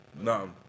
No